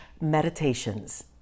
meditations